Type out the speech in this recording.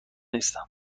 نیستم